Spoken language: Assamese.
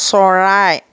চৰাই